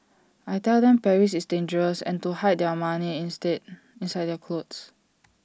I tell them Paris is dangerous and to hide their money instead inside their clothes